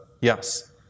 yes